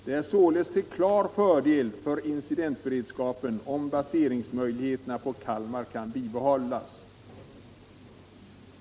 Det är således till klar fördel för incidentberedskapen om baseringsmöjligheterna på Kalmar kan bibehållas.